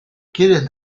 quieres